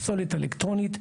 פסולת אלקטרונית,